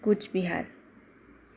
Cooch Behar